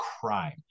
crime